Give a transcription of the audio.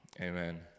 Amen